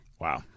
Wow